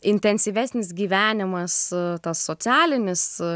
intensyvesnis gyvenimas tas socialinis